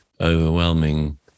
overwhelming